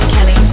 Kelly